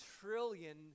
trillion